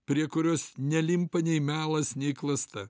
prie kurios nelimpa nei melas nei klasta